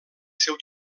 seu